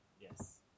Yes